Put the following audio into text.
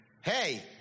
hey